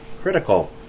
critical